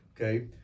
okay